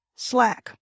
Slack